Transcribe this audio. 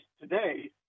today